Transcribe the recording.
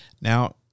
Now